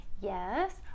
Yes